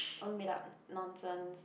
own made up nonsense